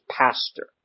pastor